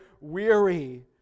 weary